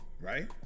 right